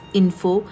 info